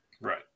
right